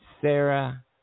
Sarah